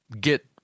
get